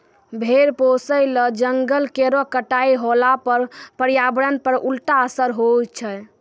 भेड़ पोसय ल जंगल केरो कटाई होला पर पर्यावरण पर उल्टा असर होय छै